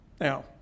Now